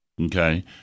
okay